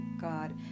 god